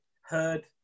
heard